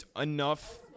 enough